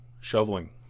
shoveling